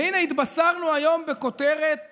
והינה התבשרנו היום בכותרת